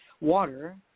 water